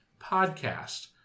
podcast